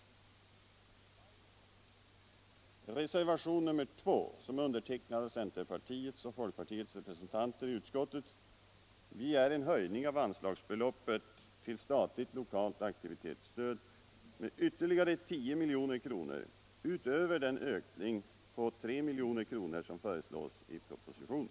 I reservationen 2, som är undertecknad av centerpartiets och folkpartiets representanter i utskottet, begärs en höjning av anslagsbeloppet till statligt lokalt aktivitetsstöd med ytterligare 10 milj.kr. utöver en höjning med 3 milj.kr. som föreslås i propositonen.